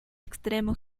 extremo